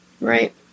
Right